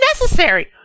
necessary